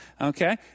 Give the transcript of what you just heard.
okay